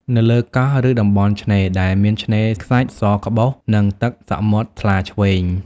នៅលើកោះ ឬតំបន់ឆ្នេរ ដែលមានឆ្នេរខ្សាច់សក្បុស និងទឹកសមុទ្រថ្លាឈ្វេង។